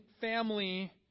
family